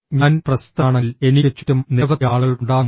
ഞാൻ പ്രശസ്തനാണെങ്കിൽ എനിക്ക് ചുറ്റും നിരവധി ആളുകൾ ഉണ്ടാകും